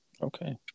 Okay